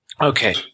Okay